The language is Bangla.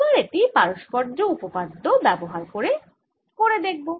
এবার এটি পারস্পর্য্য উপপাদ্য ব্যবহার করে করে দেখব